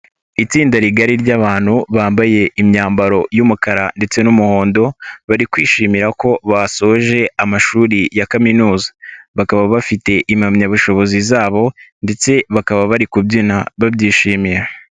Itsinda rigari ry'abantu bambaye imyambaro y'umukara ndetse n'umuhondo bari kwishimira ko basoje amashuri ya kaminuza, bakaba bafite impamyabushobozi zabo ndetse bakaba bari kubyina babyishimiye.